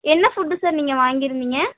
என்ன food sir நீங்கள் வாங்கியிருந்தீங்க